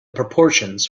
proportions